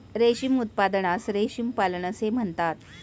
रेशीम उत्पादनास रेशीम पालन असे म्हणतात